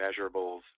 measurables